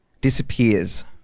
disappears